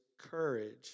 courage